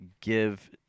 give